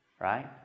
right